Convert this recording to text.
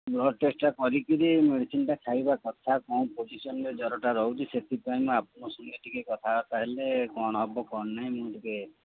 blood ଟେଷ୍ଟଟା କରିକିରି ମେଡ଼ିସିନଟା ଖାଇବା କଥା କ'ଣ ପୋଜିସନ୍ରେ ଜ୍ୱରଟା ରହୁଛି ସେଥିପାଇଁ ମୁଁ ଆପଣଙ୍କ ସଙ୍ଗେ ଟିକେ କଥାବାର୍ତ୍ତା ହେଲେ କ'ଣ ହବ କ'ଣ ନାହିଁ ମୁଁ ଟିକେ